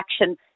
action